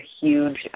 huge